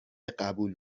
قبول